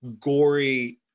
gory